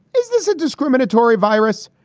is this a discriminatory virus?